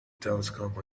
telescope